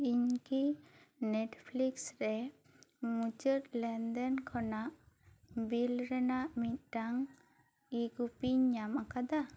ᱤᱧ ᱠᱤ ᱱᱮᱴᱯᱷᱞᱤᱠᱥ ᱨᱮ ᱢᱩᱪᱟᱹᱫ ᱞᱮᱱᱫᱮᱱ ᱠᱷᱚᱱᱟᱜ ᱵᱤᱞ ᱨᱮᱱᱟᱜ ᱢᱤᱫᱴᱟᱝ ᱤᱜᱩᱠᱚᱯᱤᱧ ᱧᱟᱢ ᱟᱠᱟᱫᱟ